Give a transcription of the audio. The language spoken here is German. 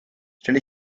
stell